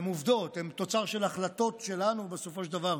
הם עובדות והם תוצר של החלטות שלנו בסופו של דבר,